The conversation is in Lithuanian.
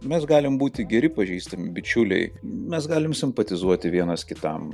mes galim būti geri pažįstami bičiuliai mes galim simpatizuoti vienas kitam